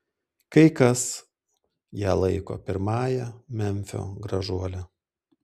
kai kas ją laiko pirmąja memfio gražuole